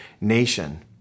nation